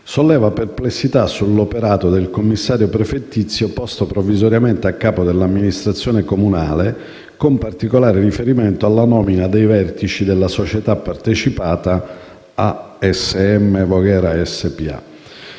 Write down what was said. solleva perplessità sull'operato del commissario prefettizio posto provvisoriamente a capo dell'amministrazione comunale, con particolare riferimento alla nomina dei vertici della società partecipata ASM Voghera SpA.